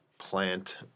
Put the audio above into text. plant